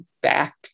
back